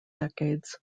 decades